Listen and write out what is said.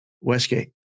Westgate